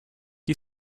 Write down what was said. you